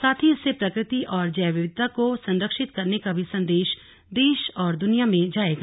साथ ही इससे प्रकृति और जैव विविधता को संरक्षित करने का भी सन्देश देश दुनिया में जायेगा